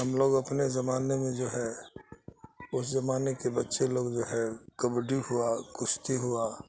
ہم لوگ اپنے زمانے میں جو ہے اس زمانے کے بچے لوگ جو ہے کبڈی ہوا کشتی ہوا